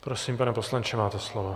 Prosím, pane poslanče, máte slovo.